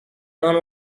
non